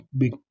big